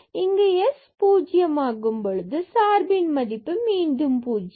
இங்கு x பூஜ்ஜியமாகும் போது சார்பின் மதிப்பானது மீண்டும் பூஜ்ஜியம்